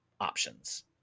options